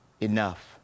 enough